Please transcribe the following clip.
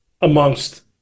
amongst